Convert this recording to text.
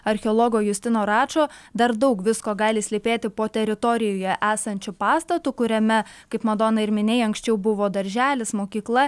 archeologo justino račo dar daug visko gali slypėti po teritorijoje esančiu pastatu kuriame kaip madona ir minėjau anksčiau buvo darželis mokykla